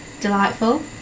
delightful